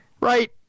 Right